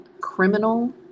criminal